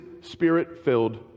spirit-filled